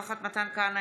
אינה נוכחת מתן כהנא,